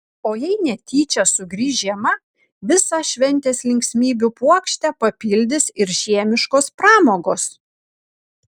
o jei netyčia sugrįš žiema visą šventės linksmybių puokštę papildys ir žiemiškos pramogos